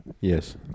Yes